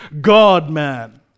God-man